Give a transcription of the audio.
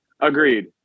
Agreed